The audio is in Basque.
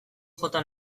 jota